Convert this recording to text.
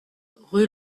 rue